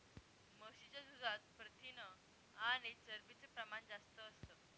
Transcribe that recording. म्हशीच्या दुधात प्रथिन आणि चरबीच प्रमाण जास्त असतं